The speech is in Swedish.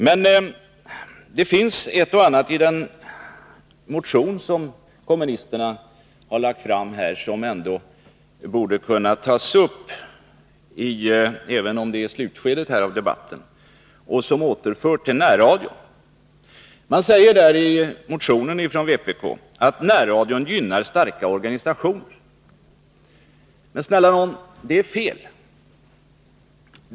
Men det finns ett och annat i den motion som kommunisterna har lagt fram som borde kunna tas upp — även om vi nu har nått slutskedet av debatten — och som återför oss till att diskutera närradion. Man säger i motioner från vpk att närradion gynnar starka organisationer. Men snälla nån, det är fel.